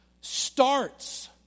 starts